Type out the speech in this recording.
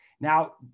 Now